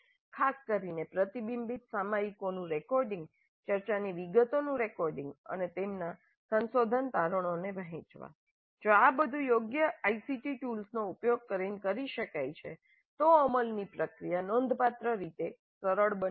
ખાસ કરીને પ્રતિબિંબીત સામયિકોનું રેકોર્ડિંગ ચર્ચાની વિગતનું રેકોર્ડિંગ અને તેમના સંશોધન તારણોને વહેચવાં॰ જો આ બધું યોગ્ય આઇસીટી ટૂલ્સનો ઉપયોગ કરીને કરી શકાય છે તો અમલની પ્રક્રિયા નોંધપાત્ર રીતે સરળ બની રહેશે